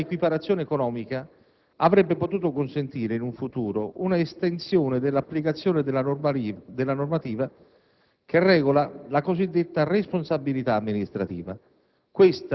Una equiparazione economica avrebbe potuto consentire, in futuro, una estensione dell'applicazione della normativa che regola la cosiddetta responsabilità amministrativa.